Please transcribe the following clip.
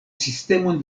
sistemon